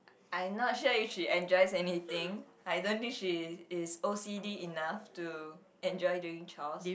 I not sure if she enjoys anything I don't think she is O_C_D enough to enjoy doing chores